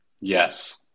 Yes